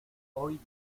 hoy